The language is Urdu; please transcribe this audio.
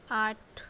آٹھ